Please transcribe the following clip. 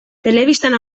telebistan